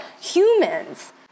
humans